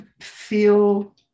feel